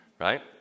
right